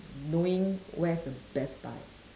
knowing where's the best buy